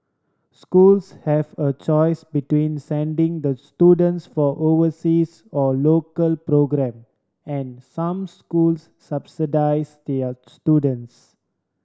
schools have a choice between sending the students for overseas or local programme and some schools subsidise their students